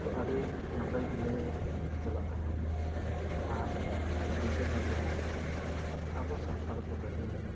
ᱛᱳ ᱟᱹᱰᱤ ᱱᱟᱯᱟᱭ ᱜᱮᱞᱮ ᱪᱟᱞᱟᱜ ᱛᱟᱦᱮᱱ ᱟᱨ ᱵᱤᱨᱫᱟᱹᱜᱟᱲ ᱨᱮᱦᱚᱸ ᱟᱵᱚ ᱥᱟᱱᱛᱟᱲ ᱠᱚ ᱞᱟᱹᱜᱤᱫ